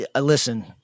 Listen